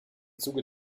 zuge